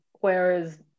whereas